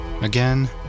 again